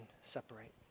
separate